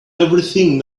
everything